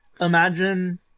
imagine